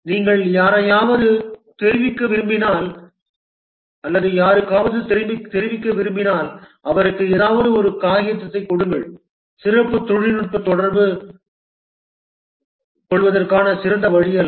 நீங்கள் யாரையாவது தெரிவிக்க விரும்பினால் அவருக்கு ஏதாவது ஒரு காகிதத்தை கொடுங்கள் சிறப்பு தொழில்நுட்ப தொடர்பு தொடர்புகொள்வதற்கான சிறந்த வழி அல்ல